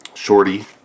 Shorty